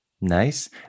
Nice